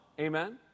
Amen